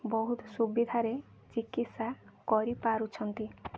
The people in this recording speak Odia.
ବହୁତ ସୁବିଧାରେ ଚିକିତ୍ସା କରିପାରୁଛନ୍ତି